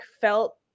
felt